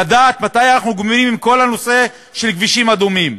לדעת מתי אנחנו גומרים עם כל הנושא של כבישים אדומים,